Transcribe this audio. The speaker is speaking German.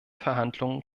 verhandlungen